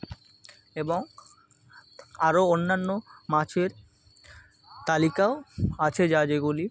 এবং আরও অন্যান্য মাছের তালিকাও আছে যা যেগুলি